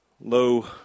low